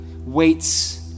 waits